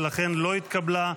ולכן לא התקבלה.